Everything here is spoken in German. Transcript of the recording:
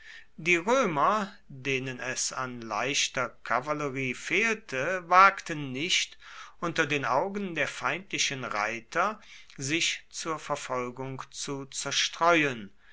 die römer denen es an leichter kavallerie fehlte wagten nicht unter den augen der feindlichen reiter sich zur verfolgung zu zerstreuen